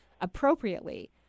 appropriately